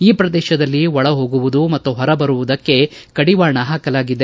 ಈ ಪ್ರದೇಶದಲ್ಲಿ ಒಳ ಹೋಗುವುದು ಮತ್ತು ಹೊರ ಬರುವುದಕ್ಕೆ ಕಡಿವಾಣ ಹಾಕಲಾಗಿದೆ